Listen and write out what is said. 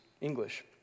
English